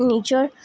নিজৰ